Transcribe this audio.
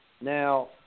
now